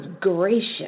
gracious